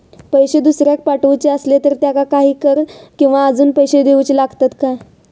पैशे दुसऱ्याक पाठवूचे आसले तर त्याका काही कर किवा अजून पैशे देऊचे लागतत काय?